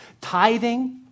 tithing